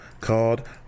called